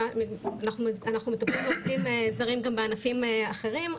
כי אנחנו מטפלים בעובדים זרים גם בענפים אחרים,